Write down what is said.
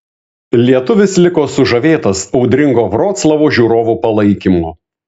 lietuvis liko sužavėtas audringo vroclavo žiūrovų palaikymo